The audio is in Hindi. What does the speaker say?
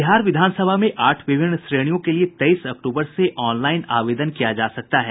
बिहार विधानसभा में आठ विभिन्न श्रेणियों के लिये तेईस अक्टूबर से ऑनलाइन आवेदन किया जा सकता है